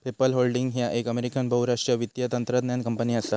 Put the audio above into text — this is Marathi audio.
पेपल होल्डिंग्स ह्या एक अमेरिकन बहुराष्ट्रीय वित्तीय तंत्रज्ञान कंपनी असा